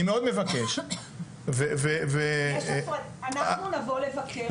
אני מאוד מבקש ו- -- אנחנו נבוא לבקר.